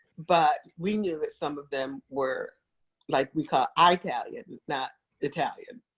but we knew that some of them were like, we call i talian not italian.